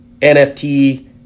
NFT